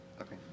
Okay